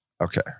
Okay